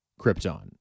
Krypton